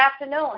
afternoon